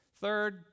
Third